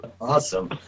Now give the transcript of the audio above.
Awesome